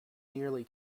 nearly